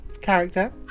character